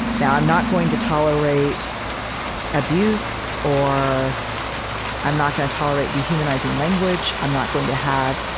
now i'm not going to tolerate abuse, or i'm not going to tolerate dehumanizing language. i'm not going to have